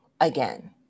again